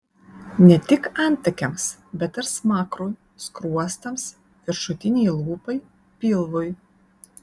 ne tik antakiams bet ir smakrui skruostams viršutinei lūpai pilvui